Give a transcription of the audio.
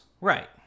right